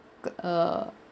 ge~ err